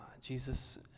Jesus